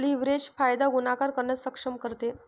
leverage फायदा गुणाकार करण्यास सक्षम करते